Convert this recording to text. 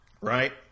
Right